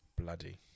Bloody